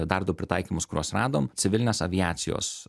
dar du pritaikymus kuriuos radom civilinės aviacijos